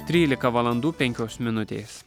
trylika valandų penkios minutės